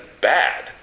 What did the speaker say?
bad